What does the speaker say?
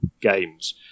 games